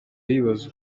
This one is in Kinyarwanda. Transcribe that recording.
yibaza